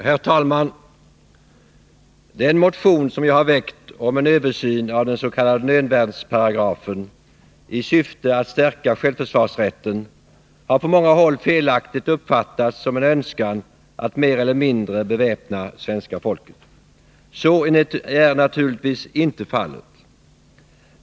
Herr talman! Den motion jag har väckt om en översyn av den s.k. nödvärnsparagrafen, i syfte att stärka självförsvarsrätten, har på många håll felaktigt uppfattats som en önskan att mer eller mindre beväpna svenska folket. Så är naturligtvis inte fallet.